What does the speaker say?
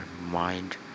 mind